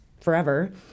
forever